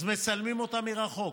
אז מצלמים אותם מרחוק.